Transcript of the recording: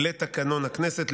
לתקנון הכנסת,